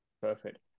Perfect